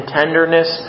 tenderness